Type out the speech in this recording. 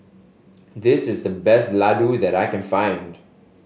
this is the best laddu that I can find